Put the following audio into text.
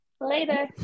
later